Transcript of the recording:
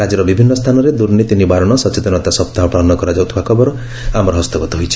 ରାକ୍ୟର ବିଭିନ୍ତ ସ୍ସାନରେ ଦୁର୍ନୀତି ନିବାରଣ ସଚେତନତା ସପ୍ତାହ ପାଳନ କରାଯାଉଥିବା ଖବର ଆମର ହସ୍ତଗତ ହୋଇଛି